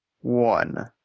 one